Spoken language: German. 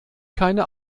keine